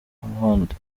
ahandi